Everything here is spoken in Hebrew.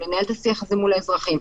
לנהל את השיח הזה מול האזרחים.